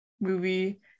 movie